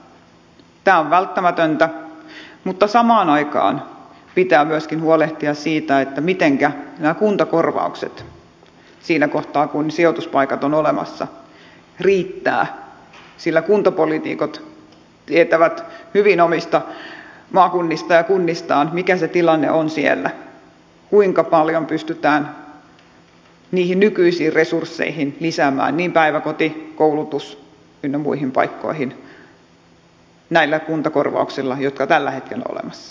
tämä on välttämätöntä mutta samaan aikaan pitää myöskin huolehtia siitä mitenkä nämä kuntakorvaukset riittävät siinä kohtaa kun sijoituspaikat ovat olemassa sillä kuntapoliitikot tietävät hyvin omista maakunnistaan ja kunnistaan mikä se tilanne on siellä kuinka paljon pystytään niihin nykyisiin resursseihin lisäämään päiväkoti koulutus ynnä muihin paikkoihin näillä kuntakorvauksilla jotka tällä hetkellä ovat olemassa